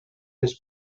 les